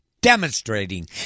demonstrating